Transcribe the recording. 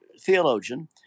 theologian